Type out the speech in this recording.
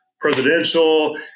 Presidential